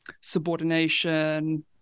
subordination